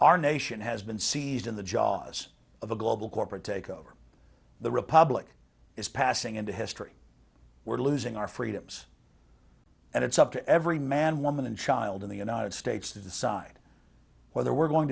our nation has been seized in the jaws of a global corporate takeover the republic is passing into history we're losing our freedoms and it's up to every man woman and child in the united states to decide whether we're going